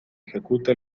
ejecuta